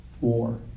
war